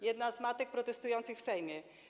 Jedna z matek protestujących w Sejmie.